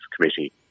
committee